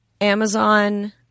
Amazon